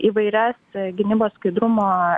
įvairias gynybos skaidrumo